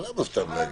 למה סתם להגיד?